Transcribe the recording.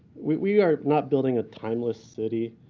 we are not building a timeless city.